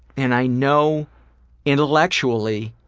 and i know intellectually